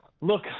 Look